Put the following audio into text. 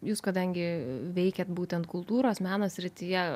jūs kadangi veikiat būtent kultūros meno srityje